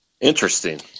Interesting